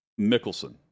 Mickelson